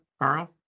Carl